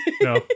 No